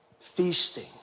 feasting